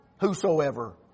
whosoever